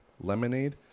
Lemonade